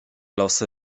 losy